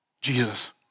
Jesus